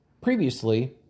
previously